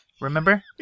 Remember